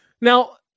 now